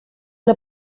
una